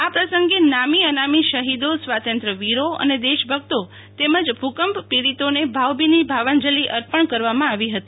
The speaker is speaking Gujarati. આ પ્રસંગે નામી અનામી શફીદો સ્વાતંત્ર્યવીરો અને દેશભકતો તેમજ ભૂકંપપીડિતોને ભાવભીની ભાવાંજલિ અર્પણ કરવામાં આવી હતી